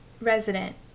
resident